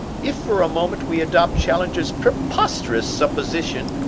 if for a moment we adopt challenger's preposterous supposition,